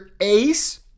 ace